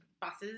buses